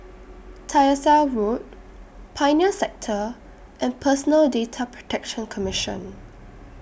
Tyersall Road Pioneer Sector and Personal Data Protection Commission